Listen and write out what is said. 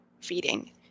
feeding